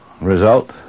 Result